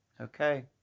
Okay